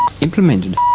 implemented